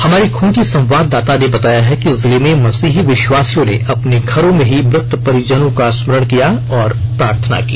हमारी खूंटी संवाददाता ने बताया है कि जिले में मसीही विश्वासियों ने अपने घरों में ही मृत परिजनों का स्मरण किया और प्रार्थना की